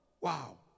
Wow